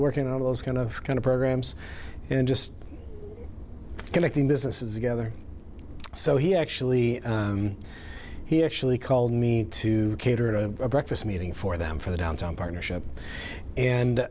working on those kind of kind of programs and just connecting businesses together so he actually he actually called me to cater a breakfast meeting for them for the downtown partnership